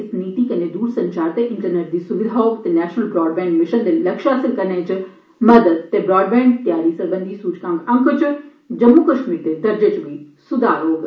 इस नीति कन्नै द्रसंचार ते इंटरनेट दी सुविधा होग ते नेशल ब्रा बें मिशन दे लक्ष्य हासल करने च मदाद ते ब्रा बैं तैआरी सरबंधी सूचक अंक च जम्मू कश्मीर दे दर्जे च बी स्धार होग